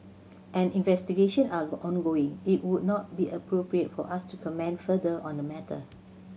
as investigation are ongoing it would not be appropriate for us to comment further on the matter